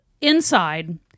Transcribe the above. Inside